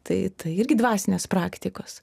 tai tai irgi dvasinės praktikos